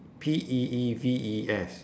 P E E V E S